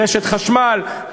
רשת חשמל,